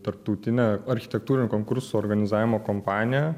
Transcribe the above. tarptautinę architektūrinio konkurso organizavimo kompaniją